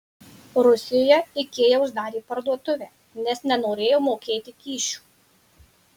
rusijoje ikea uždarė parduotuvę nes nenorėjo mokėti kyšių